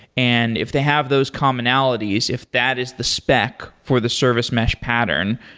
and if they have those commonalities, if that is the spec for the service mesh pattern,